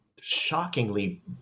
shockingly